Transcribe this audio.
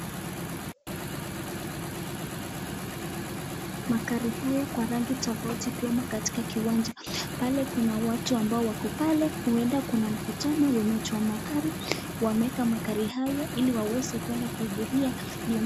Magari haya kwa rangi tofauti ikiwemo katika kiwanja, pale kuna watu ambao wako pale huenda kuna mkutano wenye watu wa magari, wameweka magari haya ili waweze kuenda kuhudhuria hiyo...